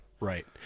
Right